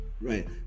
right